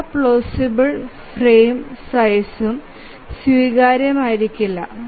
എല്ലാ plausible frame സൈസ്ഉം സ്വീകാര്യമായിരിക്കില്ല